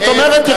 זאת אומרת,